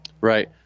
Right